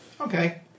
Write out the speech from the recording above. Okay